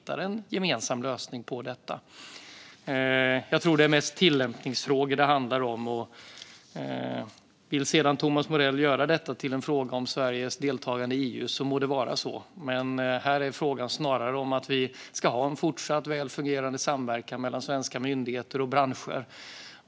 Jag tror att det är mest tillämpningsfrågor det handlar om. Om Thomas Morell vill göra detta till en fråga om Sveriges deltagande i EU må det vara hänt. Men det här handlar snarare om att vi ska fortsätta att ha en väl fungerande samverkan mellan svenska myndigheter och branscher.